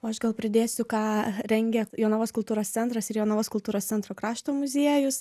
o aš gal pridėsiu ką rengia jonavos kultūros centras ir jonavos kultūros centro krašto muziejus